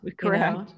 Correct